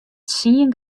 tsien